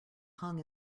hung